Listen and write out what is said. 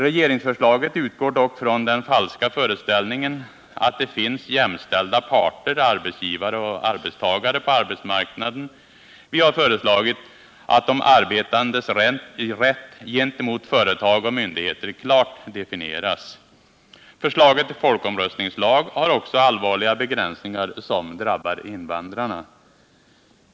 Regeringsförslaget utgår dock från den falska föreställningen att det finns jämställda parter — arbetsgivare och arbetstagare — på arbetsmarknaden. Vi har föreslagit att de arbetandes rätt gentemot företag och myndigheter klart definieras. Förslaget till folkomröstningslag har vidare allvarliga begränsningar, som drabbar invandrarna.